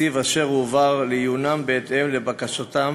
תקציב אשר הועבר לעיונם בהתאם לבקשתם,